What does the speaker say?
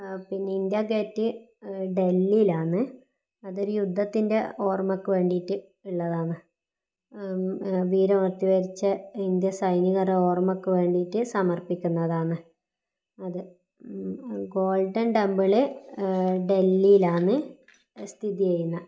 പിന്നെ India Gate ഡെല്ലിയിലാണ് അതൊരു യുദ്ധത്തിൻ്റെ ഓർമ്മയ്ക്ക് വേണ്ടിയിട്ട് ഉള്ളതാണ് വീരമൃത്യു വരിച്ച ഇന്ത്യൻ സൈനികരുടെ ഓർമ്മയ്ക്ക് വേണ്ടിയിട്ട് സമർപ്പിക്കുന്നതാണ് അത് ഗോൾഡൻ ടെംപിൾ ഡെല്ലിയിലാണ് സ്ഥിതി ചെയ്യുന്നത്